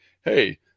hey